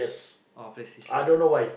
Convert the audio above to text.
oh PlayStation